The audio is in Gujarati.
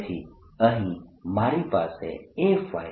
તેથી અહીં મારી પાસે A